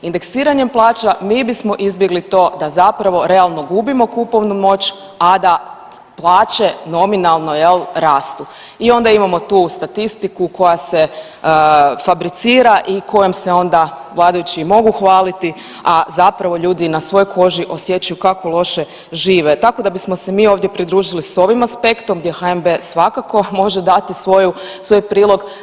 Indeksiranjem plaća mi bismo izbjegli to da zapravo realno gubimo kupovnu moć, a da plaće nominalno, je l', rastu i onda imamo tu statistiku koja se fabricira i kojom se onda vladajući i mogu hvaliti, a zapravo ljudi na svojoj koži osjećaju kako loše žive tako da bismo se mi ovdje pridružili s ovim aspektom gdje HNB svakako može dati svoj prilog.